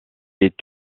est